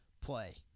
Play